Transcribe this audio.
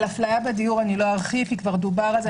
על הפליה בדיור אני לא ארחיב, כי כבר דובר על זה.